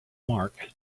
mark